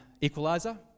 Equalizer